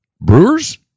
Brewers